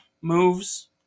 moves